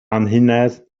anhunedd